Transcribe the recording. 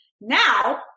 Now